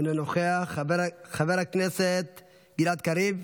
אינו נוכח, חבר הכנסת גלעד קריב,